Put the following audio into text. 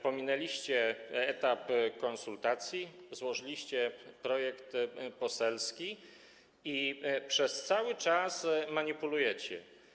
Pominęliście etap konsultacji, złożyliście projekt poselski i przez cały czas manipulujecie.